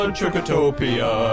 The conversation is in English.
Chocotopia